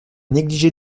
négliger